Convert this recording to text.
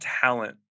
talent